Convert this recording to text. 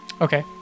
Okay